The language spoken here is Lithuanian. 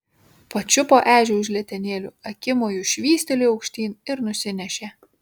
pačiupo ežį už letenėlių akimoju švystelėjo aukštyn ir nusinešė